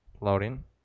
Loading